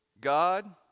God